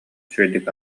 үчүгэйдик